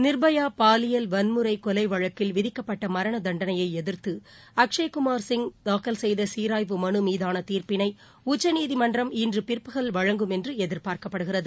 நிர்பயா பாலியல் வன்முறை கொலை வழக்கில் தமக்கு விதிக்கப்பட்ட மரண தண்டனையை எதிர்த்து அக்ஷய்குமார் சிங் தாக்கல் செய்த சீராய்வு மனு மீதான தீர்ப்பினை உச்சநீதிமன்றம் இன்று பிற்பகல் வழங்கும் என்று எதிர்பார்க்கப்படுகிறது